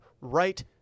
right